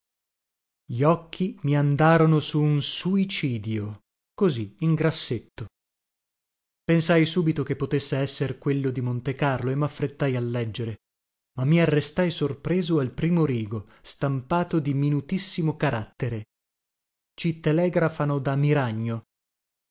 gli occhi mi andarono su un così in grassetto pensai subito che potesse esser quello di montecarlo e maffrettai a leggere ma mi arrestai sorpreso al primo rigo stampato di minutissimo carattere ci telegrafano da miragno